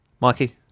Mikey